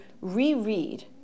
reread